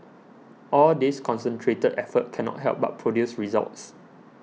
all this concentrated effort cannot help but produce results